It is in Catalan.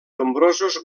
nombrosos